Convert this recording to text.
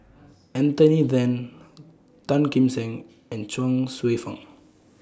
Anthony Then Tan Kim Seng and Chuang Hsueh Fang